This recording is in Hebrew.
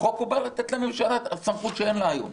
החוק בא לתת לממשלה סמכות שאין לה היום,